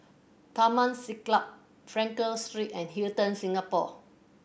Taman Siglap Frankel Street and Hilton Singapore